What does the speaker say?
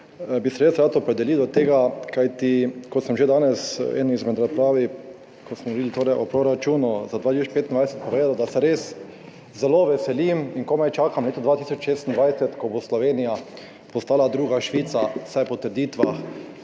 bi se res rad opredelil do tega, kajti kot sem že danes v eni izmed razprav, ko smo videli, torej o proračunu za 2025, povedal, se res zelo veselim in komaj čakam leto 2026, ko bo Slovenija postala druga Švica. Vsaj po trditvah